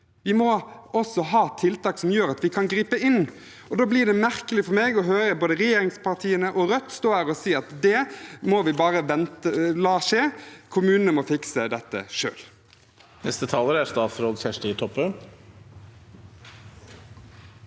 Vi må også ha tiltak som gjør at vi kan gripe inn, og da blir det merkelig for meg å høre både regjeringspartiene og Rødt stå her og si at det må vi bare la skje, kommunene må fikse dette selv.